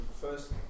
First